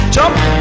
Jump